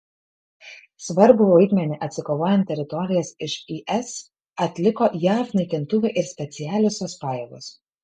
svarbų vaidmenį atsikovojant teritorijas iš is atliko jav naikintuvai ir specialiosios pajėgos